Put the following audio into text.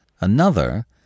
Another